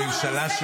-- ולממשלה,